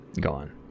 gone